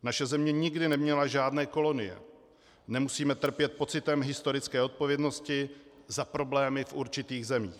Naše země nikdy neměla žádné kolonie, nemusíme trpět pocitem historické odpovědnosti za problémy v určitých zemích.